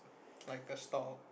like a stall